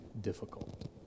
difficult